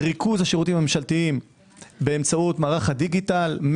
ריכוז השירותים הממשלתיים באמצעות מערך הדיגיטל,